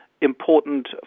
important